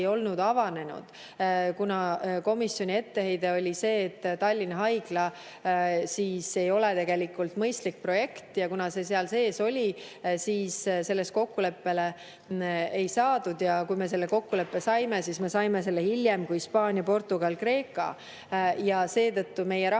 olnud avanenud. Komisjoni etteheide oli see, et Tallinna Haigla ei ole tegelikult mõistlik projekt, ja kuna see seal sees oli, siis selles kokkuleppele ei saadud. Kui me selle kokkuleppe saime, siis me saime selle hiljem kui Hispaania, Portugal ja Kreeka, seetõttu on meie raha